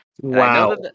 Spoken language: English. Wow